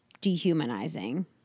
dehumanizing